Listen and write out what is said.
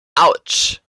autsch